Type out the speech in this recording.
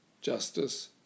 justice